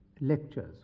lectures